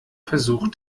versuch